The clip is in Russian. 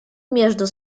между